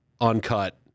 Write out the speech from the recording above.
uncut